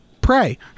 pray